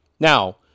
Now